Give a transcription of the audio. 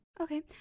Okay